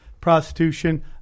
prostitution